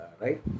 Right